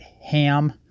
ham